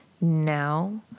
now